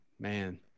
man